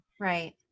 Right